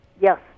Yes